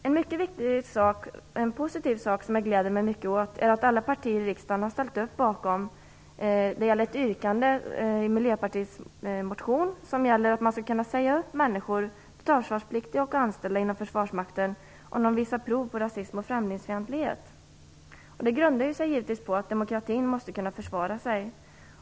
En positiv sak, som jag gläder mig mycket åt, är att alla partier i riksdagen har ställt sig bakom ett yrkande i Miljöpartiets motion. Yrkandet gäller att man skall kunna säga upp människor, totalförsvarspliktiga och anställda inom försvarsmakten, om de visar prov på rasism och främlingsfientlighet. Detta grundas givetvis på att demokratin måste kunna försvara sig.